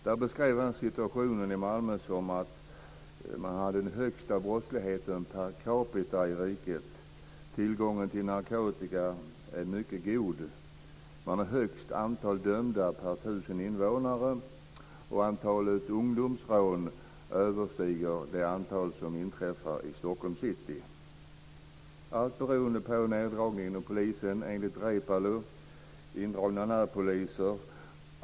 Där beskrev han att Malmö har den högsta brottsligheten per capita i riket, att tillgången till narkotika är mycket god, att man har högst antal dömda per tusen invånare och att antalet ungdomsrån överstiger det antal som inträffar i Stockholms city - allt beroende på neddragningen av polisen och indragning av närpoliser, enligt Reepalu.